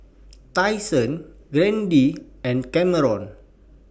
Tyson Grady and Camron